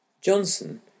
Johnson